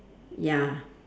ya